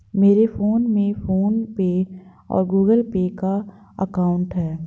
मेरे फोन में फ़ोन पे और गूगल पे का अकाउंट है